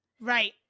Right